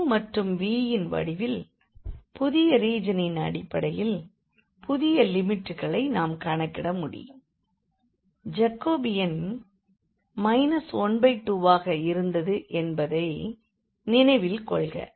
u மற்றும் vன் வடிவில் புதிய ரீஜனின் அடிப்படையில் புதிய லிமிட்களை நாம் கணக்கிடமுடியும் ஜாகோபியன் 12ஆக இருந்தது என்பதை நினைவில் கொள்க